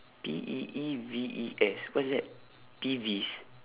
P E E V E S what's that peeves